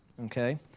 okay